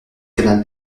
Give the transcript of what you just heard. canal